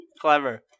Clever